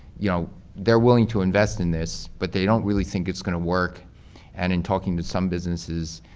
you know they're willing to invest in this but they don't really think it's going to work and in talking to some businesses,